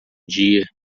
dia